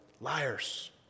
liars